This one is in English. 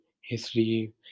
history